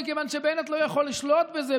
מכיוון שבנט לא יכול לשלוט בזה,